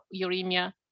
uremia